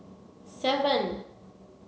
seven